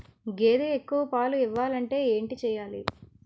గేదె ఎక్కువ పాలు ఇవ్వాలంటే ఏంటి చెయాలి?